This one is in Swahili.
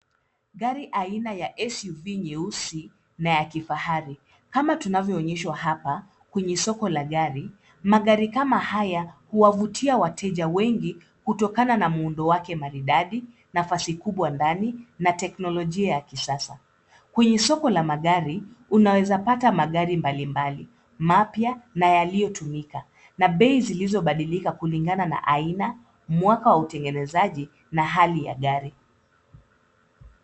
Gari aina ya SUV[ cs] nyeusi na ya kifahari, kama tunavyoonyeshwa hapa kwenye soko la gari. Magari kama haya huwavutia wateja wengi kutokana na muundo wake maridadi, nafasi kubwa ndani na teknolojia ya kisasa. Kwenye soko la magari, unaweza pata magari mbalimbali, mapya na yaliyotumika na bei zilizobadilika kulingana na aina, mwaka wa utengenezaji na hali ya gari.